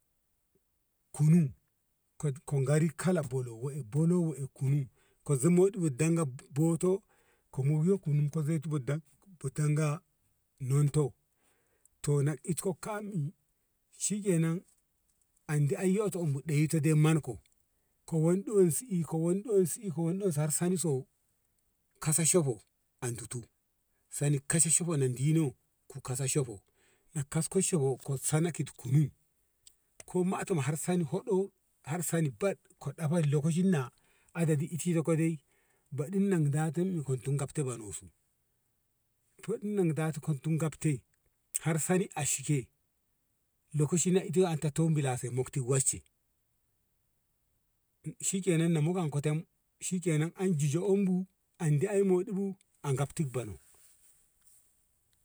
kunu ka gari kala bolo we e bolo we e kunu ka ze modi yo dangan boto yo kunu ka yyo danga non to to itkam ka i shi kenan an di an yoto ɗoyi dai man ko ko wenɗo wen si ika wenɗo wen si ka wenɗo wen si san so kasha shofo an tu tu sanin kasha sha fo mun dinan ka san sha fo kit kunu ko matohar soni hoɗo har soni bad ka ɗafan lokacin na ka shiryyan ko ɗo badin datan soni bana su bu gata kon tum gofte har soni ashike ita tombla se du wecce shi ke nan an ji oh umbu a gabti bono